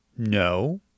No